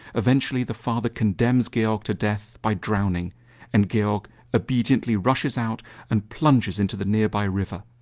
eventually the father condemns georg to death by drowning and georg obediently rushes out and plunges into the nearby river.